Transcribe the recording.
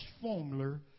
formula